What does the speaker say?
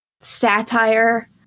satire